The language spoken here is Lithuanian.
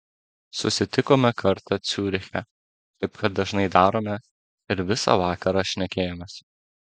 susitikome kartą ciuriche kaip kad dažnai darome ir visą vakarą šnekėjomės